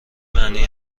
معنی